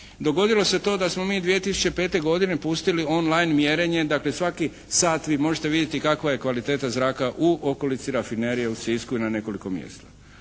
Dogodilo se to da smo mi 2005. godine pustili on line mjerenje, dakle svaki sat vi možete vidjeti kakva je kvaliteta zraka u okolici rafinerije u Sisku i na nekoliko mjesta.